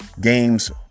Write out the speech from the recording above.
games